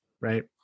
right